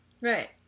Right